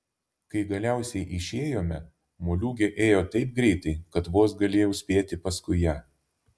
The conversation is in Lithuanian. kai galiausiai išėjome moliūgė ėjo taip greitai kad vos galėjau spėti paskui ją